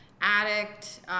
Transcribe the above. addict